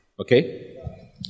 Okay